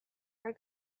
are